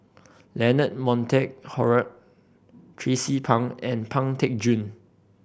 Leonard Montague Harrod Tracie Pang and Pang Teck Joon